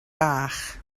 bach